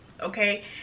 Okay